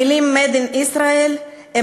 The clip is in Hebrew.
המילים made in Israel הן